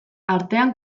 artean